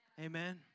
Amen